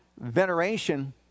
veneration